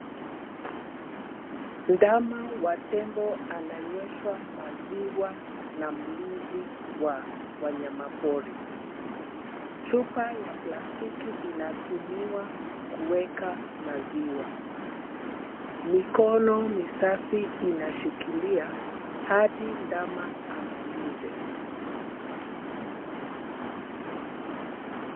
Ndama wa tembo ananyweshwa maziwa na mlinzi wa wanyamapori. Chupa ya plastiki(cs) inatumika kuweka maziwa. Mikono safi inashikilia hadi ndama amalize.